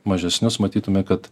mažesnius matytume kad